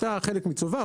חלק עם צובר,